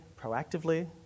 proactively